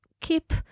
keep